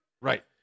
Right